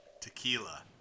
Tequila